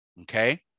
okay